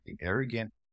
arrogant